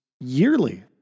yearly